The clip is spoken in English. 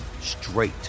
straight